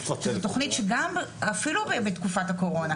זו תכנית שאפילו בתקופת הקורונה,